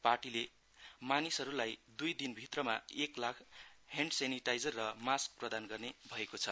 पार्टीले मानिसहरूलाई दुई दिनभित्रमा एक लाख ह्याण्ड सेनिटाइजर र मास्क प्रदान गर्ने भएको छ